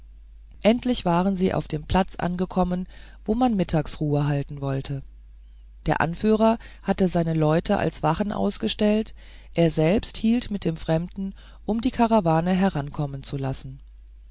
endlich waren sie auf dem platz angekommen wo man mittagsruhe halten wollte der anführer hatte seine leute als wachen ausgestellt er selbst hielt mit dem fremden um die karawane herankommen zu lassen